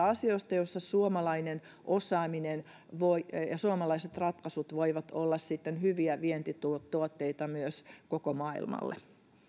asioista joissa suomalainen osaaminen ja suomalaiset ratkaisut voivat sitten olla hyviä vientituotteita myös koko maailmalle